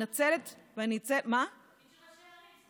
זה תפקיד של ראשי הערים.